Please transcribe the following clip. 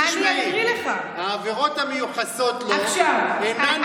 תשמעי: העבירות המיוחסות לו אינן כוללות,